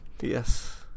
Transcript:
Yes